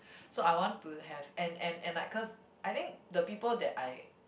so I want to have and and and like cause I think the people that I